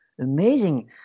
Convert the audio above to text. amazing